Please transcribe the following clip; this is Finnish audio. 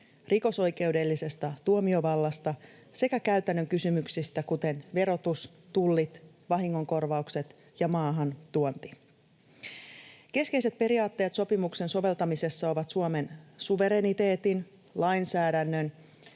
rikosoikeudellisesta tuomiovallasta sekä käytännön kysymyksistä, kuten verotus, tulli, vahingonkorvaukset ja maahantuonti. Keskeiset periaatteet sopimuksen soveltamisessa ovat Suomen suvereniteetin, lainsäädännön